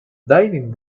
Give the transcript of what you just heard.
diving